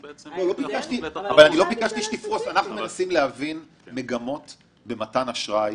ביחס לבעלי תפקיד שונים במערך מתן האשראי